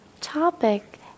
topic